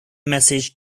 message